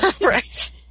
Right